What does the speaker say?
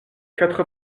quatre